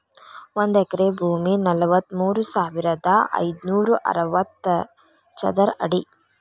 ಒಂದ ಎಕರೆ ಭೂಮಿ ನಲವತ್ಮೂರು ಸಾವಿರದ ಐದನೂರ ಅರವತ್ತ ಚದರ ಅಡಿ